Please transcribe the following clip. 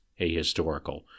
ahistorical